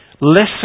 Listen